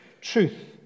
Truth